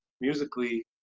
musically